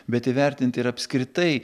bet įvertint ir apskritai